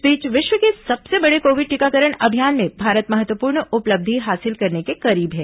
इस बीच विश्व के सबसे बड़े कोविड टीकाकरण अभियान में भारत महत्वपूर्ण उपलब्धि हासिल करने के करीब है